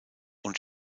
und